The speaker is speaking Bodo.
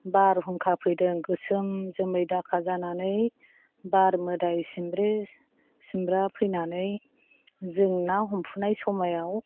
बारहुंखा फैदों गोसोम जोमै दाखा जानानै बार मोदाय सिमब्रे सिमब्रा फैनानै जों ना हमफुनाय समायाव